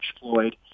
Floyd